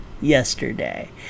Yesterday